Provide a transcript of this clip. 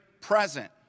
present